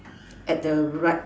at the right